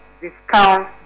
Discount